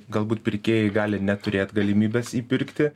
galbūt pirkėjai gali neturėt galimybės įpirkti